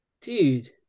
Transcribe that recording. Dude